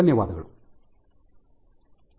ಧನ್ಯವಾದಗಳು